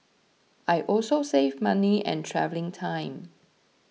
I also save money and travelling time